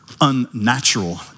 unnatural